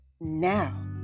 now